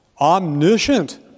omniscient